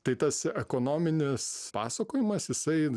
tai tas ekonominis pasakojimas jisai